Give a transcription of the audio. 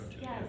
yes